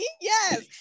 yes